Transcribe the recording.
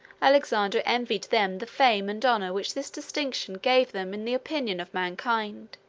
alexander envied them the fame and honor which this distinction gave them in the opinion of mankind.